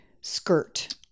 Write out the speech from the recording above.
skirt